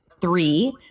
three